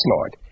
Lord